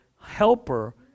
helper